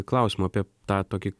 klausimą apie tą tokį